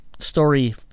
story